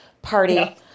party